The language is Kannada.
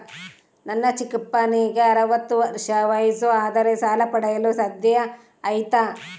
ನನ್ನ ಚಿಕ್ಕಪ್ಪನಿಗೆ ಅರವತ್ತು ವರ್ಷ ವಯಸ್ಸು ಆದರೆ ಸಾಲ ಪಡೆಯಲು ಸಾಧ್ಯ ಐತಾ?